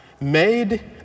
made